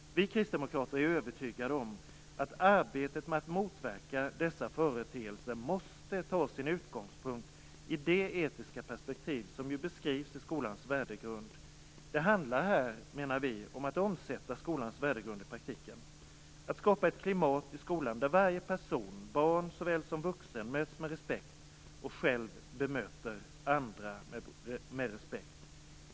Vi kristdemokrater är övertygade om att arbetet med att motverka dessa företeelser måste ta sin utgångspunkt i det etiska perspektiv som beskrivs i skolans värdegrund. Det handlar här, menar vi, om att omsätta skolans värdegrund i praktiken. Det handlar om att skapa ett klimat i skolan där varje person - såväl ett barn som en vuxen - möts med respekt och själv bemöter andra med respekt.